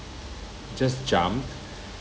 just jumped